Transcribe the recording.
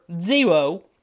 Zero